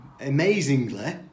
amazingly